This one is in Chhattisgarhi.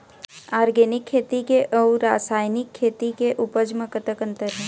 ऑर्गेनिक खेती के अउ रासायनिक खेती के उपज म कतक अंतर हे?